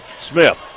Smith